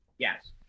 Yes